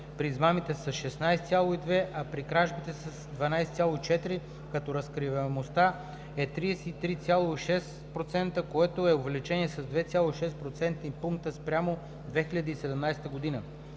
при измамите с 16,2%, а при кражбите с 12,4%, като разкриваемостта е 33,6%, което е увеличение с 2,6 процентни пункта спрямо 2017 г.